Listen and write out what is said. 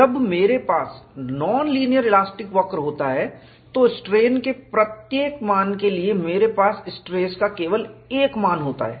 जब मेरे पास नॉन लीनियर इलास्टिक वक्र होता है तो स्ट्रेन के प्रत्येक मान के लिए आपके पास स्ट्रेस का केवल एक मान होता है